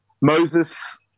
Moses